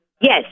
Yes